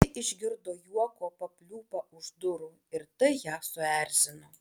ji išgirdo juoko papliūpą už durų ir tai ją suerzino